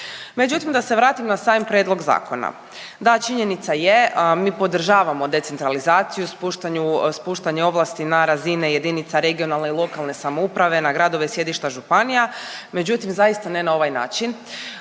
Međutim da se vratim na sami prijedlog zakona. Da, činjenica je mi podržavamo decentralizaciju, spuštanju, spuštanje ovlasti na razine jedinica regionalne i lokalne samouprave na gradove i sjedišta županija međutim zaista ne na ovaj način.